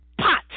pot